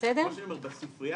מה שאני אומר,